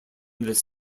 this